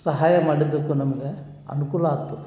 ಸಹಾಯ ಮಾಡಿದ್ದಕ್ಕೂ ನಮ್ಗೆ ಅನುಕೂಲ ಆಯ್ತು